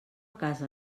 casa